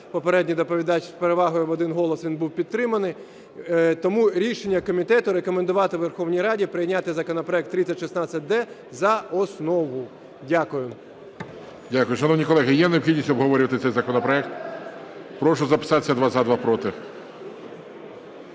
попередній доповідач, з перевагою в 1 голос, він був підтриманий. Тому рішення комітету рекомендувати Верховній Раді прийняти законопроект 3016-д за основу. Дякую. ГОЛОВУЮЧИЙ. Шановні колеги, є необхідність обговорювати цей законопроект? Прошу записатися: два – за, два – проти.